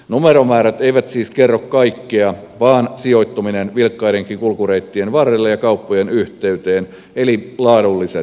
numeromäärät eivät siis kerro kaikkea vaan sijoittuminen vilkkaidenkin kulkureittien varrelle ja kauppojen yhteyteen eli laadulliset seikat